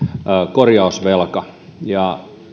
korjausvelka ja